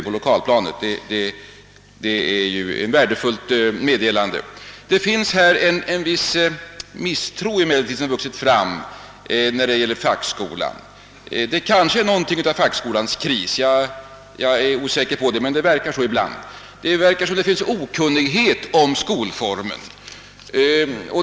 Herr talman! Det svar som statsrådet Moberg har lämnat i denna fråga är mera positivt än det föregående svaret var. Statsrådet menar att information om fackskolan kan ges genom broschyrer, konferenser och artiklar i fackpress och dagspress och framhåller att det skall bli en intensifiering på lokalplanet. Det är ett värdefullt meddelande. En viss misstro har vuxit fram beträffande fackskolan — det verkar ibland som om det finns något av en fackskolans kris. Det tycks råda okunnighet om skolformen.